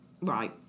right